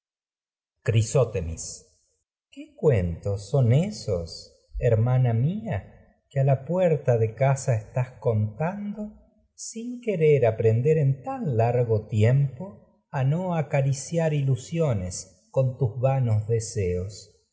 crisótemis qué que a cuentos casa son ésos hermana sin mía la puerta en de estás contando no querer aprender con tan lai go tiempo a bien acariciar ilusiones siento lo que tus vanos deseos